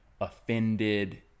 offended